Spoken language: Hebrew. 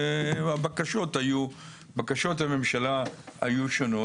ובקשות הממשלה היו שונות.